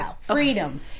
Freedom